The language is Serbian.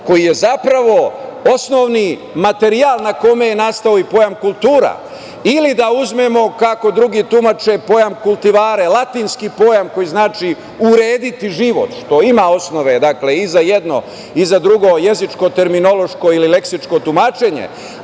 koji je zapravo osnovni materijal na kome je nastao i pojam kultura, ili da uzmemo kako drugi tumače pojam kultivare- latinski pojam koji znači urediti život. To ima osnove, dakle, i za jedno i za drugo jezičko-terminološko-leksičko tumačenje,